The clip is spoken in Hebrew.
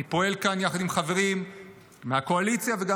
אני פועל כאן יחד עם חברים מהקואליציה וגם